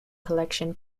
collection